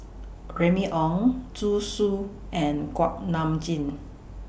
Remy Ong Zhu Xu and Kuak Nam Jin